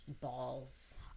Balls